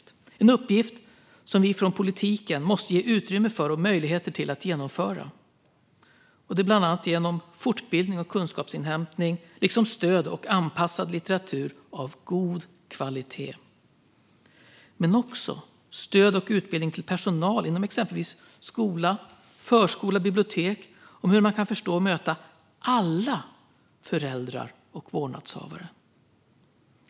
Det är en uppgift som vi från politiken måste ge utrymme för och möjligheter till att genomföra, bland annat med fortbildning och kunskapsinhämtning liksom stöd och anpassad litteratur av god kvalitet. Men det behövs också stöd och utbildning till personal inom exempelvis skola, förskola och bibliotek om hur man ska förstå och möta alla föräldrar och vårdnadshavare.